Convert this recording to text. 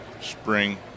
spring